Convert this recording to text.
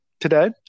today